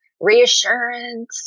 reassurance